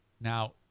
now